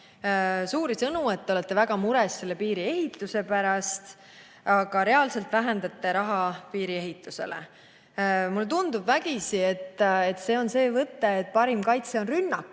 suuri sõnu, et te olete väga mures piiriehituse pärast, aga reaalselt vähendate raha piiriehitusele. Mulle tundub vägisi, et see on see võte, et parim kaitse on rünnak.